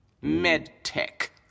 Med-tech